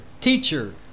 teacher